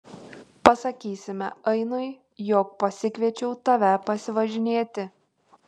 pasakysime ainui jog pasikviečiau tave pasivažinėti